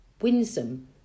winsome